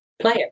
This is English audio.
player